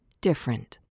different